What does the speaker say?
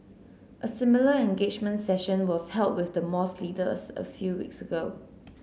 a similar engagement session was held with the mosque leader as a few weeks ago